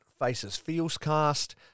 FacesFeelsCast